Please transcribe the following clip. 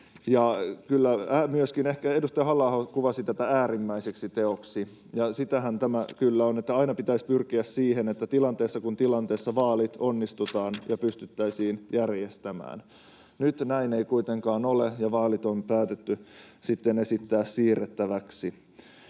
myöskin edustaja Halla-aho ehkä kuvasi tätä äärimmäiseksi teoksi, ja sitähän tämä kyllä on. Aina pitäisi pyrkiä siihen, että tilanteessa kuin tilanteessa vaalit onnistutaan ja pystyttäisiin järjestämään. Nyt näin ei kuitenkaan ole, ja vaalit on päätetty sitten esittää siirrettäväksi.